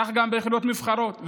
כך גם ביחידות מובחרות,